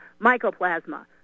mycoplasma